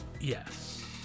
yes